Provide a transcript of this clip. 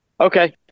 Okay